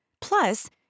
Plus